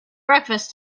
breakfast